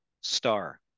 star